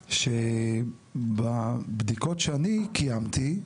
שבבדיקות שאני קיימתי,